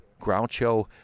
Groucho